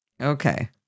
Okay